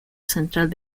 central